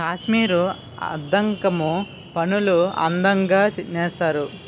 కాశ్మీరీ అద్దకం పనులు అందంగా నేస్తారు